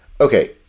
okay